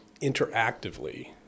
interactively